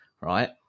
right